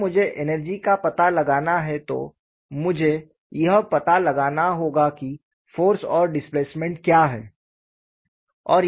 जब मुझे एनर्जी का पता लगाना है तो मुझे यह पता लगाना होगा कि फ़ोर्स और डिस्प्लेसमेंट क्या है